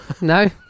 No